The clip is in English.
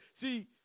see